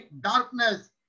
darkness